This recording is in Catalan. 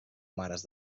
mares